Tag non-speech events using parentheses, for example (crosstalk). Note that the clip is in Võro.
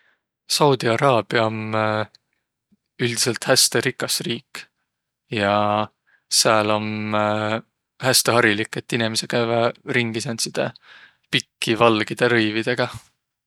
Saudi-Araabia om (hesitation) üldsidselt häste rikas riik. Ja sääl om (hesitation) häste harilik, et inemiseq käüväq ringi sääntside pikki, valgidõ rõividõga.